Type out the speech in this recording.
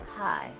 hi